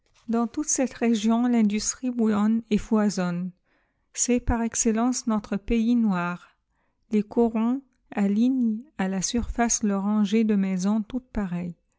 dans toute cette région l'industrie bouillonne et foisonne c'est par excellence notre pays noir les corons alignent à la surface leurs rangées de maisons toutes pareilles